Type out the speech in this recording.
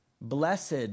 Blessed